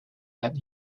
that